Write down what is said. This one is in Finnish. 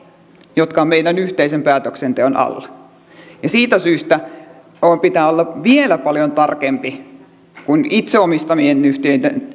jotka ovat meidän yhteisen päätöksenteon alla siitä syystä pitää olla vielä paljon tarkempi kuin itse omistamiensa yhtiöiden